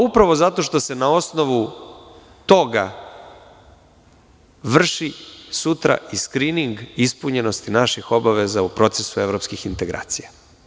Upravo zato što se na osnovu toga vrši sutra i skrining ispunjenosti naših obaveza u procesu evropskih integracija.